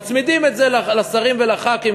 מצמידים את זה לשרים ולח"כים,